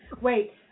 wait